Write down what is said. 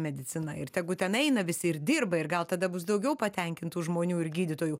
medicina ir tegu ten eina visi ir dirba ir gal tada bus daugiau patenkintų žmonių ir gydytojų